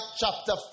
chapter